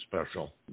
special